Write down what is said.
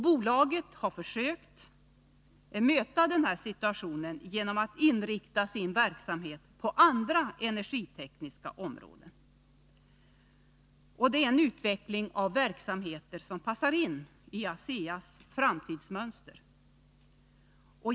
Bolaget har försökt möta denna situation genom att inrikta sin verksamhet på andra energitekniska områden. Det är en utveckling av verksamheter som passar in i ASEA:s framtidsmönster.